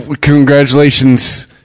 Congratulations